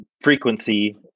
frequency